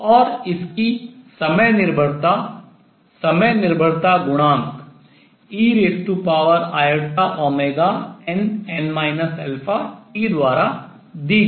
और इसकी समय निर्भरता समय निर्भरता गुणांक einn t द्वारा दी गई थी